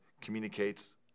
communicates